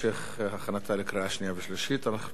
הצעת החוק אושרה בקריאה ראשונה בתמיכת עשרה חברי כנסת,